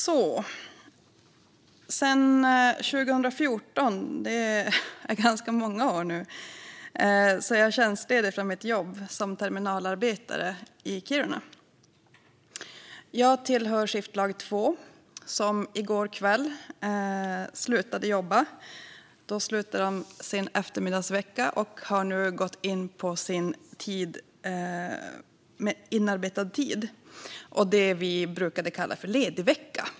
Sedan 2014 - det är nu ganska många år - är jag tjänstledig från mitt jobb som terminalarbetare i Kiruna. Jag tillhör skiftlag två, som i går kväll slutade jobba sin eftermiddagsvecka. De har nu gått in på inarbetad tid. Det är vad vi brukade kalla för ledigvecka.